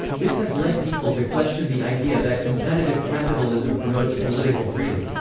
this has led people to question the idea that competitive capitalism promotes political freedom.